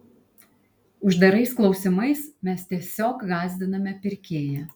uždarais klausimais mes tiesiog gąsdiname pirkėją